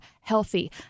healthy